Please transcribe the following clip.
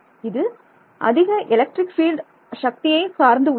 இது அதிக electric field சக்தியை சார்ந்து உள்ளது